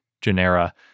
genera